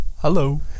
Hello